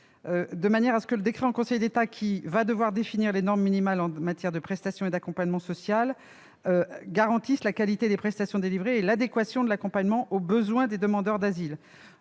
9, afin que le décret en Conseil d'État qui devra définir les normes minimales en matière de prestations et d'accompagnement social garantisse la qualité des prestations délivrées et l'adéquation de l'accompagnement aux besoins des demandeurs d'asile.